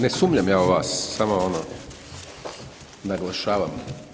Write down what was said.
Ne sumnjam ja u vas, samo ono, naglašavam.